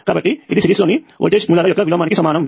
కాబట్టి ఇది సిరీస్లోని వోల్టేజ్ మూలాల యొక్క విలోమానికి సమానము